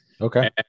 Okay